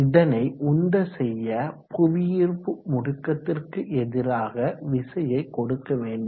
இதனை உந்த செய்ய புவியீர்ப்பு முடுக்கத்திற்கு எதிராக விசையை கொடுக்க வேண்டும்